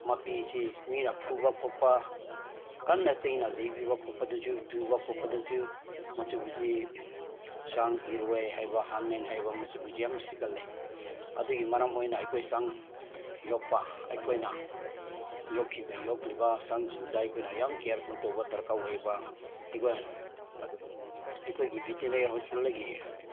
ꯃꯄꯤꯁꯤ ꯃꯤꯅ ꯐꯨꯕ ꯈꯣꯠꯄ ꯀꯟꯅ ꯆꯩꯅ ꯌꯩꯕꯤꯕ ꯈꯣꯠꯄꯗꯨꯁꯨ ꯇꯨꯕ ꯈꯣꯠꯄꯗꯁꯨ ꯃꯁꯤꯒꯨꯝꯕꯁꯤ ꯁꯟ ꯏꯔꯣꯏ ꯍꯥꯏꯕ ꯍꯥꯃꯦꯡ ꯍꯥꯏꯕ ꯃꯁꯤꯒꯨꯝꯕꯁꯤ ꯌꯥꯝ ꯁꯤꯒꯜꯂꯦ ꯑꯗꯨꯒꯤ ꯃꯔꯝ ꯑꯣꯏꯅ ꯑꯩꯈꯣꯏ ꯁꯟ ꯌꯣꯛꯄ ꯑꯩꯈꯣꯏꯅ ꯌꯣꯛꯂꯤꯕ ꯁꯟꯁꯤꯡꯗ ꯑꯩꯈꯣꯏꯅ ꯌꯥꯝ ꯀꯤꯌꯥꯔꯐꯨꯜ ꯇꯧꯕ ꯗꯔꯀꯥꯔ ꯑꯣꯏꯕ ꯑꯩꯈꯣꯏ ꯑꯩꯈꯣꯏꯒꯤ ꯚꯤꯇꯦꯅꯔꯤ ꯍꯣꯁꯄꯤꯇꯥꯜꯗꯒꯤ